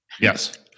yes